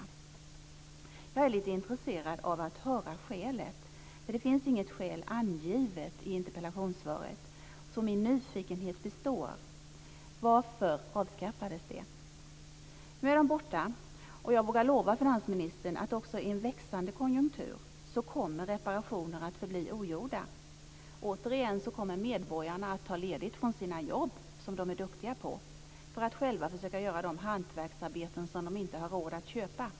Jag är intresserad av att höra skälet, eftersom det inte finns något svar angivet i interpellationssvaret, så min nyfikenhet består. Varför avskaffades ROT Nu är ROT-avdragen borta, och jag vågar lova finansministern att också i en växande konjunktur kommer reparationer att förbli ogjorda. Återigen kommer medborgarna att ta ledigt från sina jobb som de är duktiga på för att själva försöka utföra de hantverksarbeten som de inte har råd att köpa.